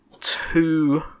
two